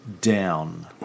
down